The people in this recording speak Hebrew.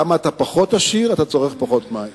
כמה שאתה פחות עשיר, אתה צורך פחות מים.